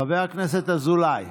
חבר הכנסת אזולאי,